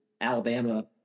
Alabama